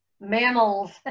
mammals